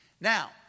Now